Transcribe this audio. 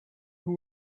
who